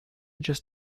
just